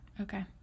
okay